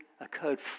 occurred